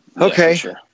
Okay